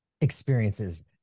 experiences